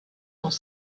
dans